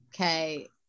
okay